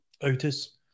Otis